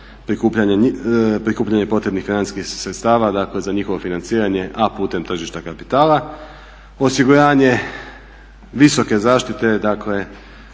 prikupljanje potrebnih financijskih sredstava, dakle za njihovo financiranje, a putem tržišta kapitala. Osiguranje visoke zaštite, dakle